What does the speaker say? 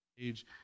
age